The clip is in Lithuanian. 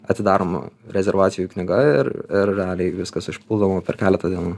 atidaroma rezervacijų knyga ir ir realiai viskas užpildoma per keletą dienų